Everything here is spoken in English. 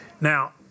Now